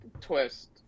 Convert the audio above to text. twist